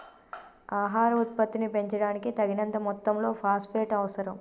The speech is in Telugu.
ఆహార ఉత్పత్తిని పెంచడానికి, తగినంత మొత్తంలో ఫాస్ఫేట్ అవసరం